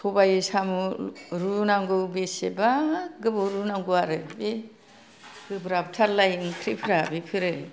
सबाइ साम' रुनांगौ बेसेबा गोबाव रुनांगौ आरो बे गोब्राबथारलाय ओंख्रिफ्रा बेफोरो